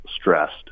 stressed